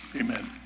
Amen